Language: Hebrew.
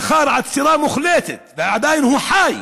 לאחר עצירה מוחלטת, ועדיין הוא חי,